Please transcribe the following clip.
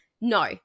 no